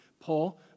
Paul